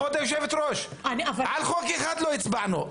כבוד היושבת-ראש, על חוק אחד לא הצבענו.